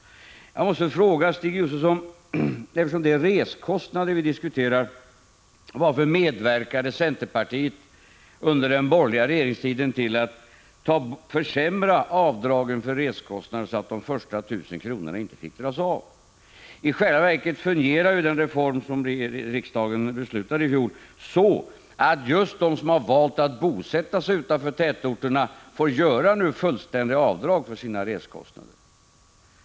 Jag måste fråga Stig Josefson, eftersom det är resekostnader vi diskuterar: Varför medverkade centerpartiet under den borgerliga regeringstiden till att försämra avdragen för resekostnaderna så att de första 1 000 kronorna inte fick dras av? I själva verket fungerar den reform som riksdagen beslutade om i fjol på det sättet att just de som har valt att bosätta sig utanför tätorterna nu får göra fullständiga avdrag för sina resekostnader.